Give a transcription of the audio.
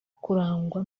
kurangwa